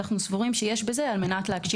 ואנחנו סבורים שיש בזה על מנת להגשים